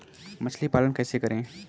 मछली पालन कैसे करें?